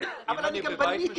את העלויות, אפשר יהיה להתדיין